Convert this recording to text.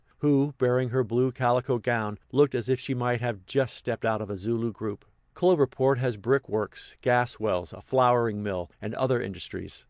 who, barring her blue calico gown, looked as if she might have just stepped out of a zulu group. cloverport has brick-works, gas wells, a flouring-mill, and other industries.